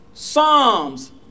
Psalms